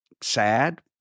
sad